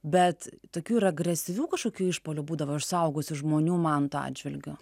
bet tokių ir agresyvių kažkokių išpuolių būdavo iš suaugusių žmonių manto atžvilgiu